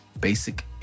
BASIC